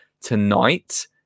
tonight